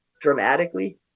dramatically